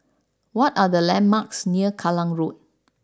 what are the landmarks near Kallang Road